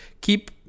keep